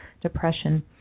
depression